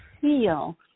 feel